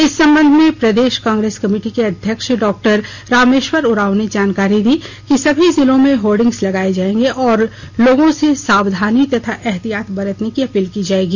इस संबंध में प्रदेश कांग्रेस कमेटी के अध्यक्ष डॉ रामेश्वर उरांव ने जानकारी दी कि सभी जिलों में होर्डिंग्स लगाये जाऐंगे और लोगों से सावधानी तथा ऐहतियात बरतने की अपील की जाएगी